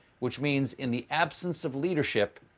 which means in the absence of leadership,